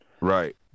right